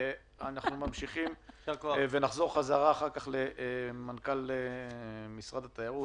אנחנו ממשיכים ונחזור חזרה אחר כך למנכ"ל משרד התיירות.